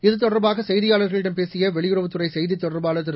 இதுதொடர்பாக செய்தியாளர்களிடம் பேசிய வெளியுறவுத்துறை செய்தி தொடர்பாளர் திரு